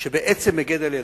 שבעצם מגן על ילדים.